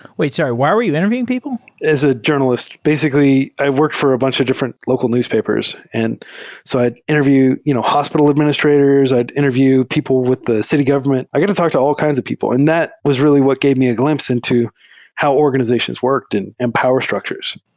wait. sorry. why are you interview ing people? as a journa list. basically, i work for a bunch of different local newspapers. and so i'd interview you know hospital administrators. i'd interview people with the city government. i get to talk to al l kinds of people, and that was really what gave me a gl impse into how organizations worked and and power structures.